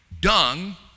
dung